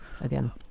again